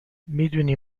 میدونی